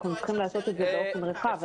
אנחנו צריכים לעשות את זה באופן רחב.